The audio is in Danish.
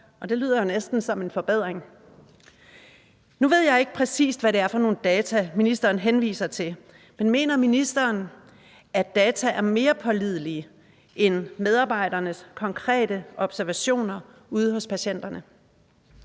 og det lyder næsten som en forbedring. Nu ved jeg ikke, præcis hvad det er for nogle data, ministeren henviser til, men mener ministeren, at data er mere pålidelige end medarbejdernes konkrete observationer ude hos patienterne?